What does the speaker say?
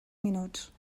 minuts